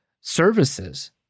services